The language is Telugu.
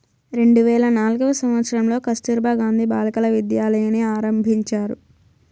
రెండు వేల నాల్గవ సంవచ్చరంలో కస్తుర్బా గాంధీ బాలికా విద్యాలయని ఆరంభించారు